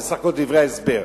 זה סך הכול דברי ההסבר.